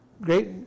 great